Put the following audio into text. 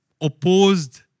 opposed